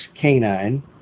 canine